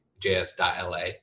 js.la